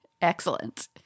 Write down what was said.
Excellent